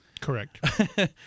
Correct